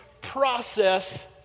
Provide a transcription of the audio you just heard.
process